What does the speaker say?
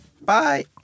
Bye